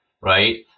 right